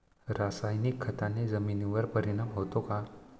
रासायनिक खताने जमिनीवर परिणाम होतो का?